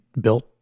built